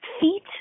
feet